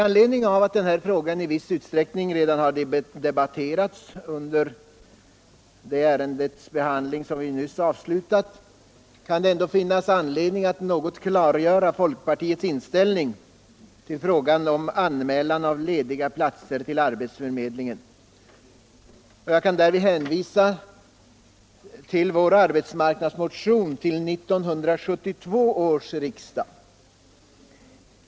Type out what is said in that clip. Trots att den här frågan i viss utsträckning redan har debatterats under det ärendes behandling som vi nyss avslutat kan det finnas anledning att något klargöra folkpartiets inställning till frågan om anmälan av lediga platser till arbetsförmedlingen. Jag kan därvid hänvisa till vår arbetsmarknadsmotion till 1972 års riksdag.